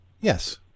Yes